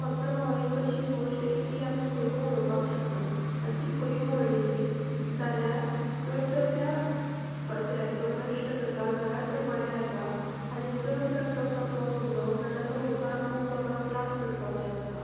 कचरो हो एक अशी गोश्ट की ती आमी खंयू उडोवपाक शकना आनी ती खंयूय उडयली जाल्यार जर तर त्या कचऱ्याचो नश्ट जाता जाल्यार तें बरें आसा आनी जर तर तो तसो उरलो जाल्यार तो मुखार खूब लोकांक त्रास करपाक शकता